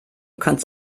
kannst